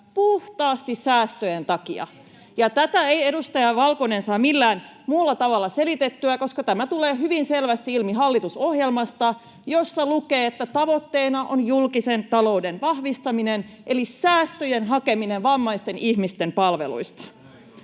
paikkaansa!] Ja tätä ei edustaja Valkonen saa millään muulla tavalla selitettyä, koska tämä tulee hyvin selvästi ilmi hallitusohjelmasta, jossa lukee, että tavoitteena on julkisen talouden vahvistaminen — eli säästöjen hakeminen vammaisten ihmisten palveluista.